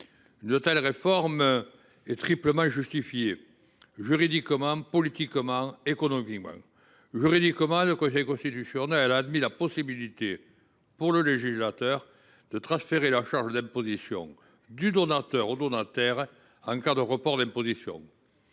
Une telle réforme est triplement justifiée : juridiquement, politiquement et économiquement. Cette réforme est justifiée juridiquement. En effet, le Conseil constitutionnel a admis la possibilité pour le législateur de transférer la charge de l’imposition du donateur au donataire en cas de report d’imposition.